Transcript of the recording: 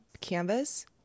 canvas